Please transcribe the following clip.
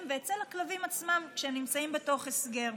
ואצל הכלבים עצמם כשהם נמצאים בהסגר.